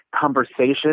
conversation